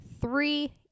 three